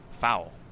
Foul